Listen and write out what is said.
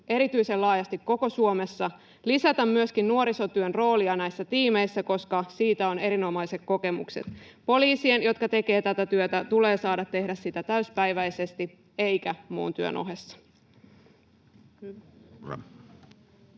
erityisen laajasti koko Suomessa, lisätä myöskin nuorisotyön roolia näissä tiimeissä, koska siitä on erinomaiset kokemukset. Poliisien, jotka tekevät tätä työtä, tulee saada tehdä sitä täysipäiväisesti eikä muun työn ohessa.